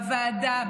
בוועדה,